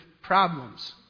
problems